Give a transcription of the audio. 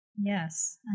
Yes